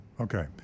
Okay